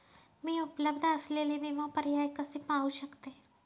मी उपलब्ध असलेले विमा पर्याय कसे पाहू शकते?